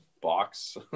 box